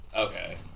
okay